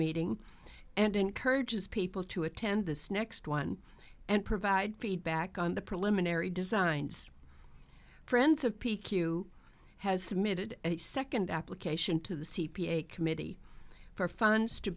meeting and encourages people to attend this next one and provide feedback on the preliminary designs friends of p q has submitted a second application to the c p a committee for funds to